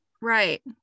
Right